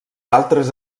altres